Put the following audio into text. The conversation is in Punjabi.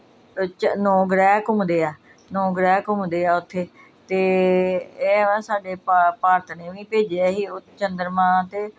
ਚ ਨੌਂ ਗ੍ਰਹਿ ਘੁੰਮਦੇ ਆ ਨੌਂ ਗ੍ਰਹਿ ਘੁੰਮਦੇ ਆ ਉੱਥੇ ਅਤੇ ਇਹ ਵਾ ਸਾਡੇ ਭਾ ਭਾਰਤ ਨੇ ਵੀ ਭੇਜਿਆ ਸੀ ਉਹ ਚੰਦਰਮਾ ਅਤੇ